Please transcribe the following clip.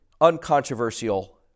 Uncontroversial